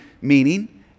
meaning